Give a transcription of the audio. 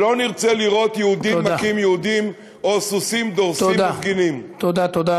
שלא נרצה לראות יהודים מכים יהודים או סוסים דורסים מפגינים.